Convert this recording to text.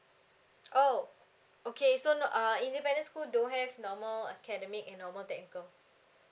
oh okay so not uh independent school don't have normal academic and normal technical